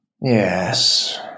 Yes